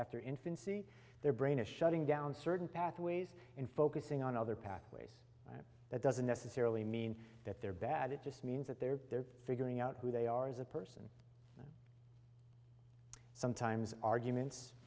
after infancy their brain is shutting down certain pathways in focusing on other pathways that doesn't necessarily mean that they're bad it just means that they're figuring out who they are as a person sometimes arguments